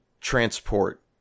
transport